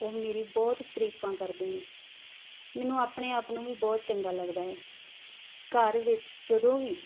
ਉਹ ਮੇਰੀ ਬਹੁਤ ਤਾਰੀਫਾਂ ਕਰਦੇ ਨੇ ਮੈਨੂੰ ਆਪਣੇ ਆਪ ਨੂੰ ਵੀ ਬਹੁਤ ਚੰਗਾ ਲੱਗਦਾ ਹੈ ਘਰ ਵਿੱਚ ਜਦੋਂ ਵੀ